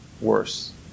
worse